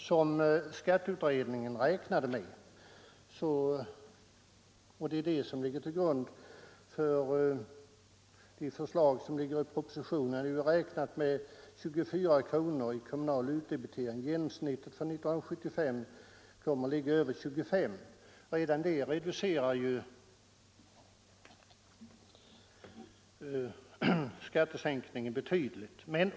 I skatteutredningens tabeller - och det är de som ligger till grund för propositionens förslag — hade man räknat med 24 kronor i kommunal utdebitering. Genomsnittet för 1975 kommer dock att ligga på över 25 kronor. Redan det förhållandet reducerar skattesänkningen betydligt.